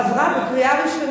עברה בקריאה הראשונה.